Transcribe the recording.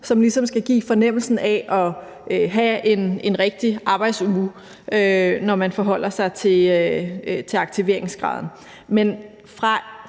som ligesom skal give fornemmelsen af at have en rigtig arbejdsuge, når man forholder sig til aktiveringsgraden. Men fra